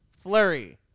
Flurry